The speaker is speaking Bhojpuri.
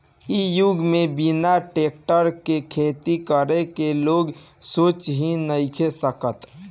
इ युग में बिना टेक्टर के खेती करे के लोग सोच ही नइखे सकत